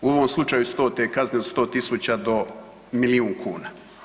U ovom slučaju su to te kazne od 100 tisuća do milijun kuna.